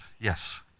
Yes